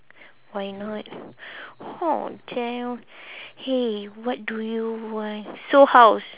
why not oh damn !hey! what do you want so how's